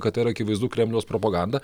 kad tai yra akivaizdu kremliaus propaganda